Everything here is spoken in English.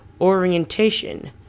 orientation